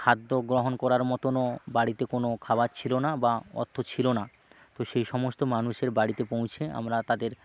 খাদ্যগ্রহণ করার মতনও বাড়িতে কোনো খাবার ছিল না বা অর্থ ছিল না তো সেই সমস্ত মানুষের বাড়িতে পৌঁছে আমরা তাদের